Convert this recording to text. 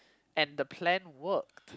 and the plan worked